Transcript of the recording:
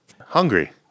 Hungry